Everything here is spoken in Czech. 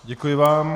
Děkuji vám.